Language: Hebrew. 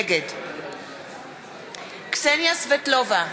נגד קסניה סבטלובה,